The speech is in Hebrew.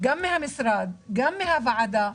גם מהמשרד, גם מהוועדה,